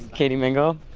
katie mingle?